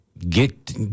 Get